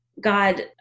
God